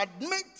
admit